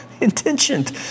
intentioned